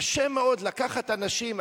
קשה מאוד לקחת אנשים,